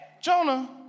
Jonah